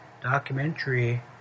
documentary